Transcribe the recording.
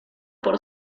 por